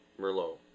Merlot